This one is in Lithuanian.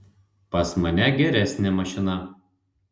pas mane geresnė mašina